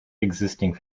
existing